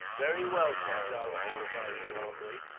very well, sir, charlie replied, calmly.